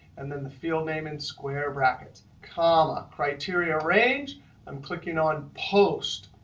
and then the field name in square brackets, comma. criteria range i'm clicking on post.